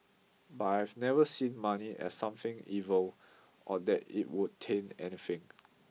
but I've never seen money as something evil or that it would taint anything